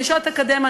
נשות אקדמיה,